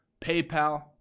PayPal